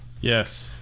Yes